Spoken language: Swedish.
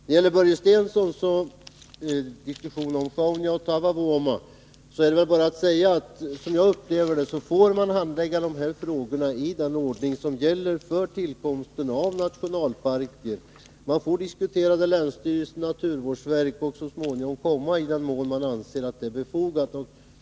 Beträffande Börje Stenssons diskussion om Sjaunja och Taavavuoma är det bara att säga att dessa frågor får handläggas i den ordning som gäller för tillkomsten av nationalparker. Man får diskutera inom länsstyrelse och naturvårdsverket och så småningom föra frågan vidare i den mån man anser att det är befogat.